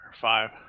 five